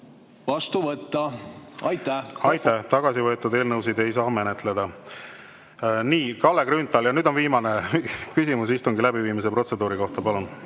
kohta. Palun! Aitäh! Tagasi võetud eelnõusid ei saa menetleda. Nii, Kalle Grünthal. Nüüd on viimane küsimus istungi läbiviimise protseduuri kohta. Palun!